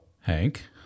hank